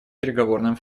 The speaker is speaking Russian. переговорным